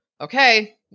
okay